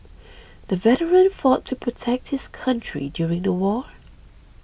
the veteran fought to protect his country during the war